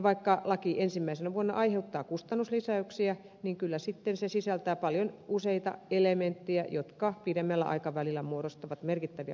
vaikka laki ensimmäisenä vuonna aiheuttaa kustannuslisäyksiä niin kyllä se sitten sisältää paljon useita elementtejä jotka pidemmällä aikavälillä muodostavat merkittäviä kustannussäästöjä